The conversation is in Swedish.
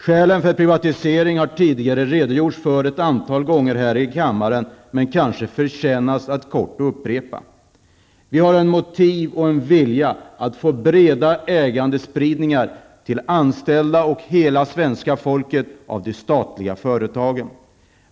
Skälen till privatisering har tidigare redogjorts för här i kammaren ett antal gånger, men de förtjänar att kort upprepas. Vi har som motiv och vilja för det första att få en bred ägarspridning av de statliga företagen till anställda och hela svenska folket.